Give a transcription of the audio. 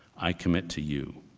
i commit to you.